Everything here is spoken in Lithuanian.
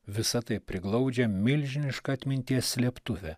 visa tai priglaudžia milžinišką atminties slėptuvę